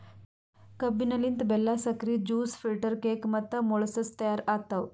ಕಬ್ಬಿನ ಲಿಂತ್ ಬೆಲ್ಲಾ, ಸಕ್ರಿ, ಜ್ಯೂಸ್, ಫಿಲ್ಟರ್ ಕೇಕ್ ಮತ್ತ ಮೊಳಸಸ್ ತೈಯಾರ್ ಆತವ್